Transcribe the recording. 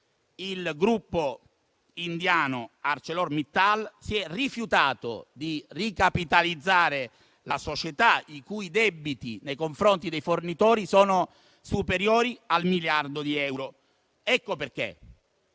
il gruppo indiano ArcelorMittal si è rifiutato di ricapitalizzare la società, i cui debiti nei confronti dei fornitori sono superiori al miliardo di euro. Ecco perché,